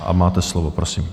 A máte slovo, prosím.